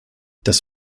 das